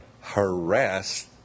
harass